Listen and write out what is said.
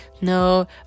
no